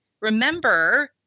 Remember